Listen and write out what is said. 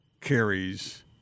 carries